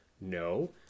No